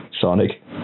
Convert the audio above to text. Sonic